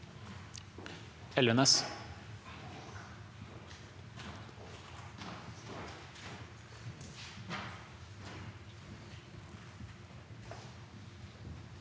Elvenes